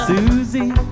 Susie